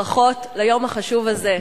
ברכות על היום החשוב הזה,